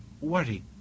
worry